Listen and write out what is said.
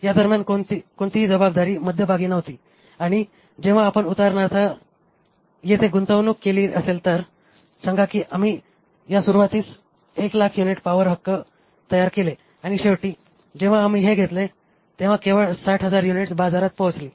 या दरम्यान कोणतीही जबाबदारी मध्यभागी नव्हती आणि जेव्हा आपण उदाहरणार्थ येथे गुंतवणूक केली असेल तर सांगा की आम्ही या सुरूवातीस 100000 युनिट पॉवर हक्क तयार केले आणि शेवटी जेव्हा आम्ही हे घेतले तेव्हा केवळ 60000 युनिट बाजारात पोहोचली